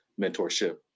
mentorship